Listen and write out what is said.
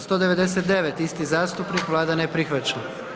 199. isti zastupnik, Vlada ne prihvaća.